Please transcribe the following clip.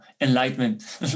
enlightenment